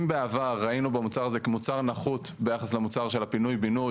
אם בעבר ראינו במוצר הזה כמוצר נחות ביחס למוצר של פינוי בינוי,